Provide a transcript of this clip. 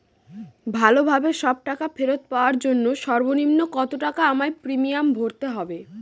ভালোভাবে সব টাকা ফেরত পাওয়ার জন্য সর্বনিম্ন কতটাকা আমায় প্রিমিয়াম ভরতে হবে?